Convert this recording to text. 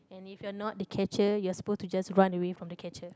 and if you are not the catcher you are supposed to just run away from the catcher